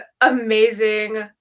amazing